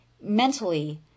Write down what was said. mentally